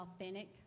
authentic